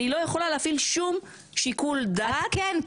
אני לא יכולה להפעיל שום שיקול דעת --- את כן,